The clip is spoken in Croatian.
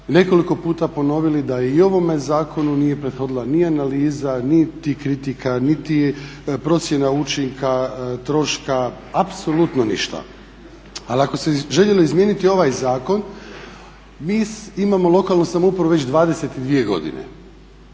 nekoliko puta ponovili da i ovome zakonu nije prethodila ni analiza niti kritika, niti procjena učinka troška, apsolutno ništa. Ali ako se željelo izmijeniti ovaj zakon mi imamo lokalnu samoupravu već 22 godine